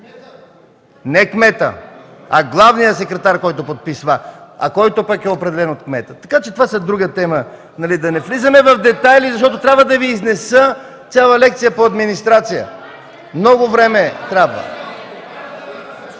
Не кметът, а главният секретар, който подписва, а който пък е определен от кмета, така че това е друга тема. Да не влизаме в детайли, защото трябва да Ви изнеса цяла лекция по администрация. (Силен шум